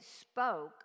spoke